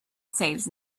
saves